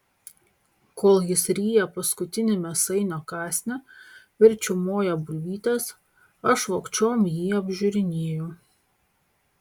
kol jis ryja paskutinį mėsainio kąsnį ir čiaumoja bulvytes aš vogčiom jį apžiūrinėju